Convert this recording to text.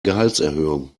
gehaltserhöhung